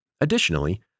Additionally